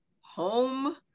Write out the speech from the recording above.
home